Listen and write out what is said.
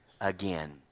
again